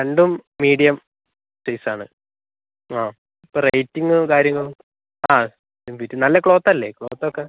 രണ്ടും മീഡിയം സൈസാണ് ആ അപ്പോൾ റേറ്റിങ്ങ് കാര്യങ്ങളൊ ആ പിന്നെ ബിറ്റ് നല്ല ക്ലോത്തല്ലെ ക്ലോത്തോക്കെ